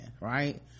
right